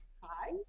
Hi